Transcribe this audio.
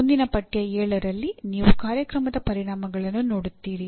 ಮುಂದಿನ ಪಠ್ಯ 7 ರಲ್ಲಿ ನೀವು ಕಾರ್ಯಕ್ರಮದ ಪರಿಣಾಮಗಳನ್ನು ನೋಡುತ್ತೀರಿ